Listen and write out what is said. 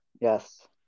Yes